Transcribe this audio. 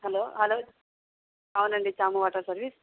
hello hello అవునండి Shamu water service